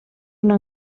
una